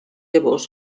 llavors